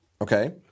Okay